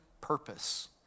purpose